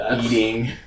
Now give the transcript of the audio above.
eating